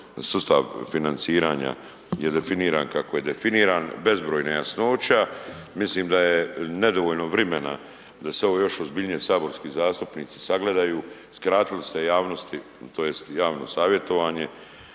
sustav financiranja je definiran kako je definiran, bezbroj nejasnoća, mislim da je nedovoljno vrimena da se ovo još ozbiljnije saborski zastupnici sagledaju, skratili ste javnosti tj. javno savjetovanje,